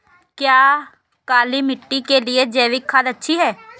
क्या काली मिट्टी के लिए जैविक खाद अच्छी है?